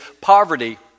poverty